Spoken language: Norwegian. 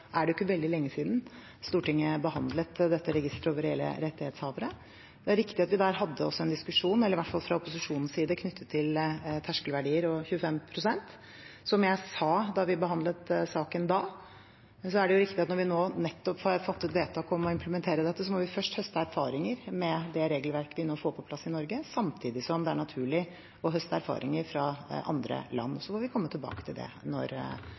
er det ikke veldig lenge siden Stortinget behandlet registeret over reelle rettighetshavere. Det er riktig at vi der hadde en diskusjon, i hvert fall fra opposisjonens side, knyttet til terskelverdier og 25 pst., som jeg sa da vi behandlet saken. Men så er det riktig at når vi nettopp har fattet vedtak om å implementere dette, må vi først høste erfaringer med det regelverket vi nå får på plass i Norge, samtidig som det er naturlig å høste erfaringer fra andre land. Så får vi komme tilbake til det når